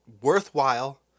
worthwhile